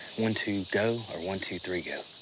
one, two, go, or one, two, three, go?